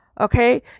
Okay